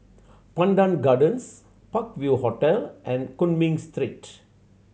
Pandan Gardens Park View Hotel and Cumming Street